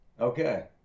Okay